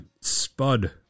Spud